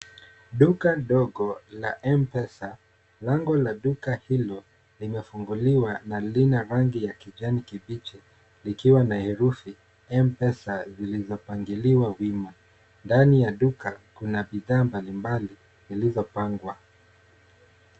Duka dogo la mpesa. Lango la duka hilo limefunguliwa na lina rangi ya kijani kibichi, likiwa na herufi mpesa zilizopangaliwa wima. Ndani ya duka kuna bidhaa mbali mbali zilizopangwa.